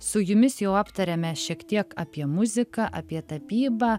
su jumis jau aptarėme šiek tiek apie muziką apie tapybą